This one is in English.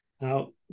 now